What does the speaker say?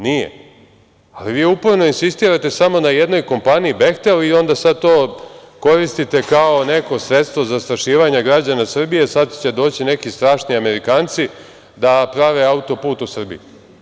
Nije, ali vi uporno insistirate samo na jednoj kompaniji - „Behtel“ i onda sad to koristite kao neko sredstvo zastrašivanja građana Srbije - sad će doći neki strašni Amerikanci da prave autoput u Srbiji.